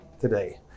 today